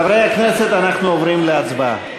חברי הכנסת, אנחנו עוברים להצבעה.